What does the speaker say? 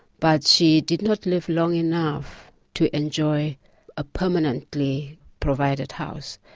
but she did not live long enough to enjoy a permanently provided house,